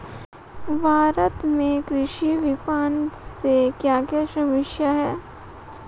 भारत में कृषि विपणन से क्या क्या समस्या हैं?